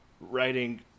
writing